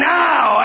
now